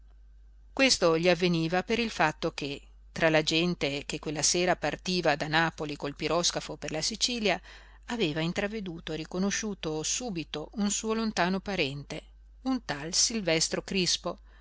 questo gli avveniva per il fatto che tra la gente che quella sera partiva da napoli col piroscafo per la sicilia aveva intraveduto e riconosciuto subito un suo lontano parente un tal silvestro crispo